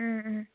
ꯎꯝ ꯎꯝ